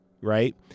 right